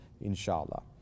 inshallah